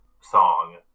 song